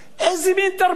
איזה מין תרבות?